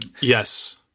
Yes